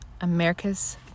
america's